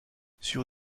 sur